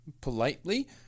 politely